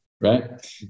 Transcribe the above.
right